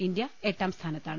India എട്ടാം സ്ഥാനത്താണ്